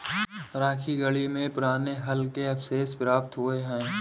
राखीगढ़ी में पुराने हल के अवशेष प्राप्त हुए हैं